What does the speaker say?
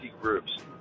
groups